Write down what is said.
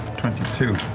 twenty two.